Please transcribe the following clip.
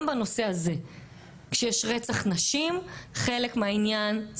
בשקט על העובדה שגם באותו שבוע שר המשפטים הודיע שהוא